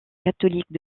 catholique